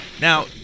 now